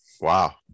Wow